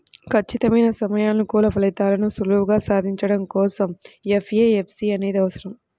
ఖచ్చితమైన సమయానుకూల ఫలితాలను సులువుగా సాధించడం కోసం ఎఫ్ఏఎస్బి అనేది అవసరం